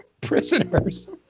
Prisoners